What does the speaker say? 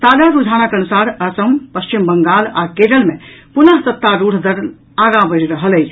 ताजा रूझानक अनुसार असम पश्चिम बंगाल आ केरल मे पुनः सत्तारूढ़ दल आगॉ बढ़ि रहल अछि